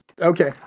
Okay